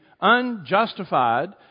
unjustified